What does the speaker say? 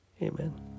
Amen